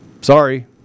Sorry